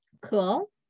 Cool